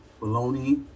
bologna